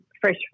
fresh